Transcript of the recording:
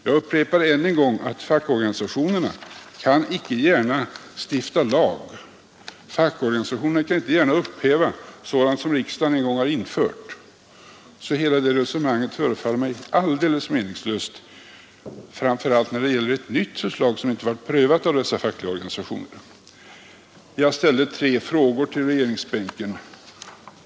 Jag upprepar än en gång att fackorganisationerna inte gärna — Nr 112 kan stifta lag eller upphäva sådant som riksdagen en gång infört. Hela Onsdagen den detta resonemang förefaller mig därför helt meningslöst, framför allt när 6 juni 1973 det gäller ett nytt förslag som inte prövats av dessa fackliga organisationer. Jag ställde tre frågor till regeringsbänken.